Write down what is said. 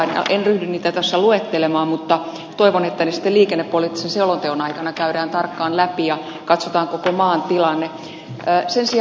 en ryhdy niitä tässä luettelemaan mutta toivon että ne sitten liikennepoliittisen selonteon aikana käydään tarkkaan läpi ja katsotaan koko maan tilanne